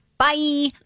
Bye